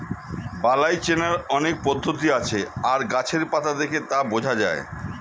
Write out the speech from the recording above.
বালাই চেনার অনেক পদ্ধতি আছে আর গাছের পাতা দেখে তা বোঝা যায়